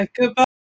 goodbye